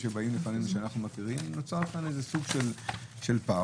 לחוקיים שפה יש יותר אפשרויות,